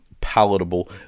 palatable